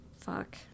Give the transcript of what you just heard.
fuck